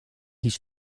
his